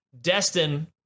Destin